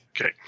Okay